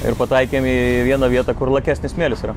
ir pataikėm į vieną vietą kur lakesnis smėlis yra